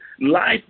life